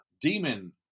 demon